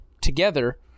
together